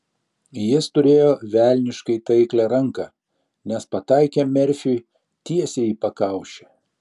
jis turėjo velniškai taiklią ranką nes pataikė merfiui tiesiai į pakaušį